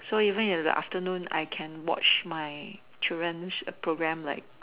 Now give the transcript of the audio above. so even in the afternoon I can watch my children's program like